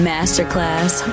Masterclass